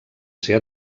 ser